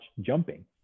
jumping